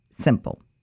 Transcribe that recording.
simple